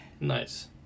Nice